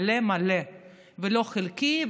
מלא מלא ולא חלקי,